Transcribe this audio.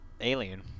Alien